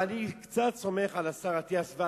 ואני קצת סומך על השר אטיאס,